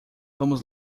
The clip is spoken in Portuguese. vamos